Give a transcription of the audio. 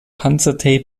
panzertape